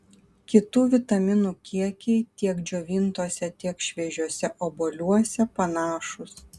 kitų vitaminų kiekiai tiek džiovintuose tiek šviežiuose obuoliuose panašūs